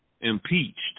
impeached